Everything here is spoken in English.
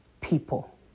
people